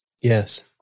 Yes